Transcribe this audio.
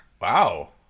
Wow